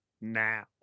now